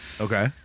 Okay